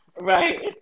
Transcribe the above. Right